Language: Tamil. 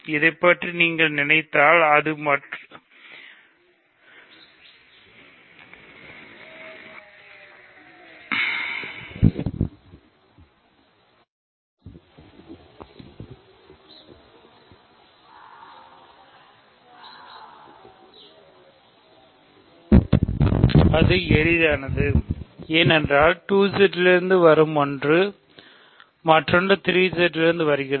இதைப் பற்றி நீங்கள் நினைத்தால் அது எளிதானது ஏனென்றால் 2Z இலிருந்து வரும் ஒன்று மற்றொன்று 3Z இலிருந்து வருகிறது